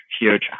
huge